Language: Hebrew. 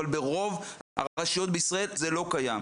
אבל ברוב הרשויות בישראל זה לא קיים.